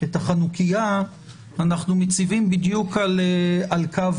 את החנוכייה אנחנו מציבים בדיוק על קו